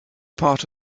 part